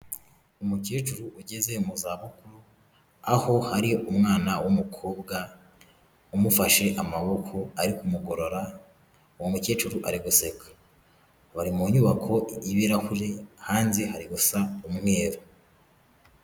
Umukecuru ugeze mu zabukuru, aho ari umwana w'umukobwa umufashe amaboko ari kumugorora, uwo mukecuru ari guseka bari mu nyubako y'ibirahuri, hanze hari gusa umweru.